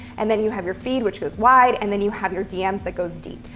and then you have your feed, which goes wide, and then you have your dms, that goes deep.